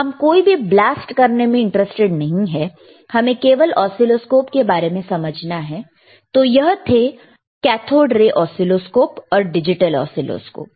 हम कोई भी ब्लास्ट करने में इंटरेस्टेड नहीं है हमें केवल ऑसीलोस्कोप के बारे में समझना है तो यह थे कैथोड ऑसीलोस्कोप और डिजिटल ऑसीलोस्कोप